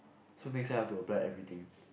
so next time I've to apply everything